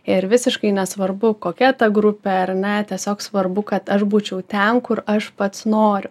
ir visiškai nesvarbu kokia ta grupė ar ne tiesiog svarbu kad aš būčiau ten kur aš pats noriu